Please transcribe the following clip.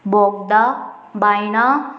Bogda Baina